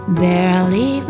barely